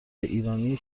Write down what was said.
ایرانی